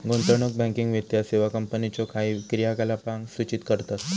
गुंतवणूक बँकिंग वित्तीय सेवा कंपनीच्यो काही क्रियाकलापांक सूचित करतत